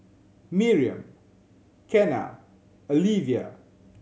Miriam Kenna Alyvia